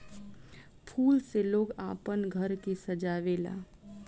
फूल से लोग आपन घर के सजावे ला